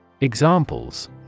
Examples